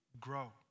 grow